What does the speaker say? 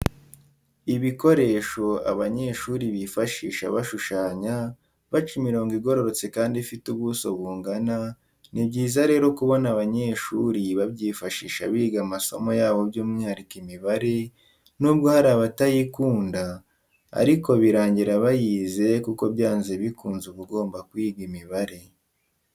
Ibikoresho abanyeshuri bifashisha bashushanya, baca imirongo igororotse kandi ifite ubuso bungana, ni byiza rero kubona abanyeshuri babyifashisha biga amasomo yabo byumwihariko imibare, nubwo hari abatayikunda ariko birangira bayize kuko byanze bikunze uba ugomba kwiga imibare.